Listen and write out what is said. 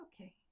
Okay